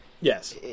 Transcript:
Yes